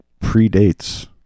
predates